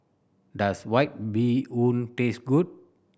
does White Bee Hoon taste good